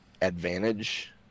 advantage